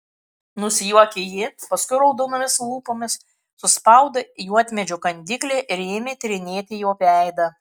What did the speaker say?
nusijuokė ji paskui raudonomis lūpomis suspaudė juodmedžio kandiklį ir ėmė tyrinėti jo veidą